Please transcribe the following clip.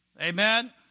Amen